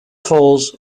falls